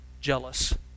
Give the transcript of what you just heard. jealous